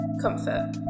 Comfort